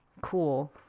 Cool